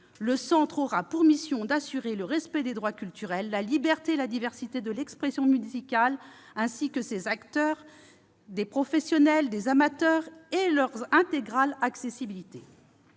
le Centre aura pour mission d'assurer le respect des droits culturels, la liberté et la diversité de l'expression musicale ainsi que de ses acteurs, professionnels comme amateurs et leur intégrale accessibilité.